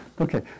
okay